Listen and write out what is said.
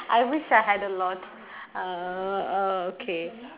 I wish I had a lot uh uh okay